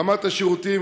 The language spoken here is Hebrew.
רמת השירותים,